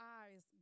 eyes